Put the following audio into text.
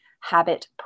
habit